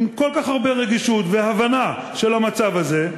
עם כל כך הרבה רגישות והבנה של המצב הזה,